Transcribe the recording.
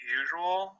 usual